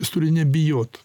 jis turi nebijot